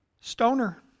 Stoner